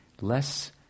less